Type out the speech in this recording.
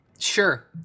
Sure